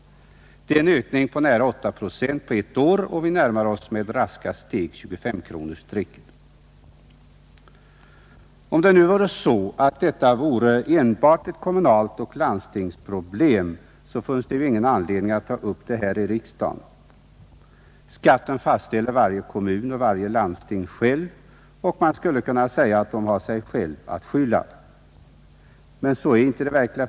Det är en ökning på nära 8 procent på ett år och vi närmar oss med raska steg 25-kronorsstrecket. Om detta enbart vore ett problem som berör kommuner och landsting, funnes det ingen anledning att ta upp det här i riksdagen. Varje kommun och varje landsting fastställer själva sin skatteutdebitering, och man skulle kunna säga att de har sig själva att skylla för denna utveckling.